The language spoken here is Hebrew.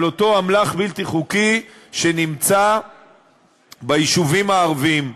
על אותו אמל"ח בלתי חוקי שנמצא ביישובים הערביים.